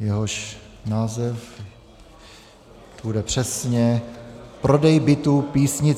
jehož název bude přesně Prodej bytů Písnice.